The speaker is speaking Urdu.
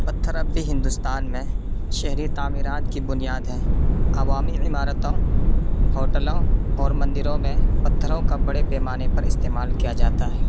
پتھر اب بھی ہندوستان میں شہری تعمیرات کی بنیاد ہیں عوامی عمارتوں ہوٹلوں اور مندروں میں پتھروں کا بڑے پیمانے پر استعمال کیا جاتا ہے